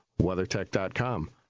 WeatherTech.com